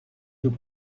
tout